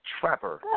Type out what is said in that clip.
Trapper